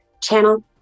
channel